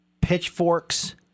pitchforks